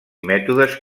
mètodes